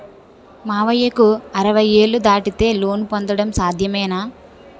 మామయ్యకు అరవై ఏళ్లు దాటితే లోన్ పొందడం సాధ్యమేనా?